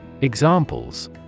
Examples